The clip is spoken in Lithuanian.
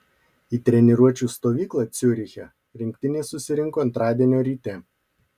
į treniruočių stovyklą ciuriche rinktinė susirinko antradienio ryte